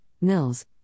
mills